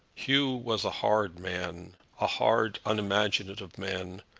hugh was a hard man a hard, unimaginative man,